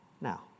Now